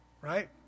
right